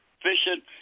efficient